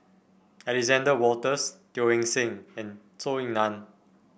Alexander Wolters Teo Eng Seng and Zhou Ying Nan